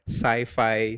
sci-fi